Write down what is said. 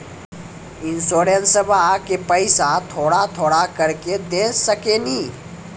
इंश्योरेंसबा के पैसा थोड़ा थोड़ा करके दे सकेनी?